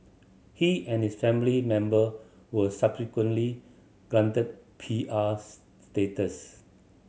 he and his family member were subsequently granted P R status